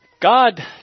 God